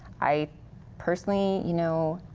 i personally, you know,